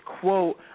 quote